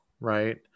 right